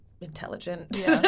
intelligent